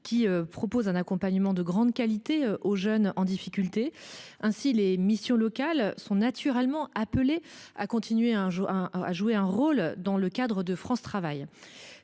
qui proposent un accompagnement de grande qualité aux jeunes en difficulté. Ainsi sont-elles naturellement appelées à jouer un rôle dans le cadre de France Travail,